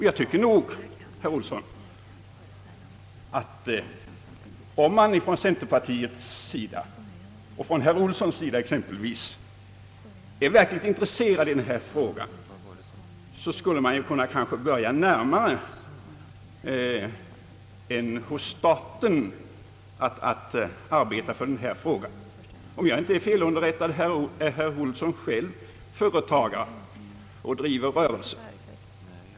Jag tycker, herr Olsson, att om man från centerpartiets och exempelvis från herr Olssons sida är verkligt intresserad av denna fråga skulle man kunna börja närmare än hos staten att arbeta för denna sak. Om jag inte är felunderrättad, är herr Olsson själv företagare och driver rörelse.